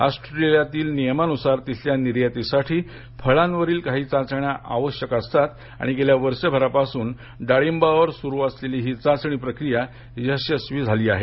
ऑस्ट्रेलियातील नियमानुसार तिथल्या निर्यातीसाठी फळावरील काही चाचण्या आवश्यक असतात आणि गेल्या वर्षभरापासून डाळिंबावर सुरु असलेली ही चाचणी प्रक्रिया यशस्वी झाली आहे